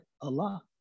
Allah